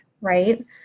Right